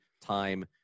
time